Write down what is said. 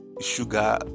sugar